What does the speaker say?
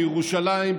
בירושלים,